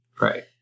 Right